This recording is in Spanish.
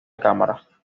cámara